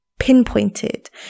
pinpointed